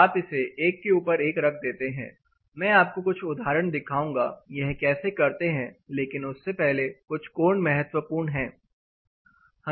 आप इसे एक के ऊपर एक रख देते हैं मैं आपको कुछ उदाहरण दिखाऊंगा यह कैसे करते हैं लेकिन उससे पहले कुछ कोण महत्वपूर्ण है